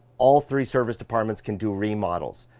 all three service department can do remodels.